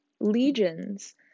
legions